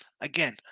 Again